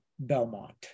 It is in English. belmont